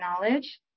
knowledge